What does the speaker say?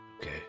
Okay